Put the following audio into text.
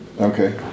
Okay